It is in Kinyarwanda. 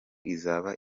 izaba